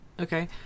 okay